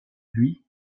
buis